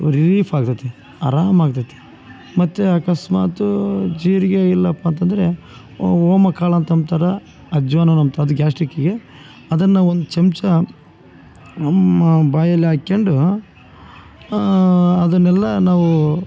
relief ಆಗಿರುತ್ತೆ ಆರಾಮ್ ಆಗ್ತೈತೆ ಮತ್ತು ಅಕಸ್ಮಾತು ಜೀರಿಗೆ ಇಲ್ಲಪ್ಪಂತಂದರೆ ಓಮ್ಕಾಳು ಅಂತ ಅಂತಾರೆ ಅಜ್ವಾನ ಅಂತಂದು ಗ್ಯಾಸ್ಟ್ರಿಕ್ಕಿಗೆ ಅದನ್ನು ಒಂದು ಚಮಚ ನಮ್ಮ ಬಾಯಲ್ಲಿ ಹಾಕ್ಯಂಡು ಅದನ್ನೆಲ್ಲ ನಾವು